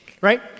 Right